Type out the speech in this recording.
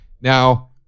Now